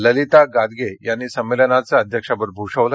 ललीता गादगे यांनी संमेलनाचं अध्यक्षपद भूषवलं